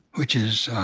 which is